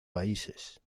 países